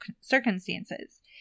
circumstances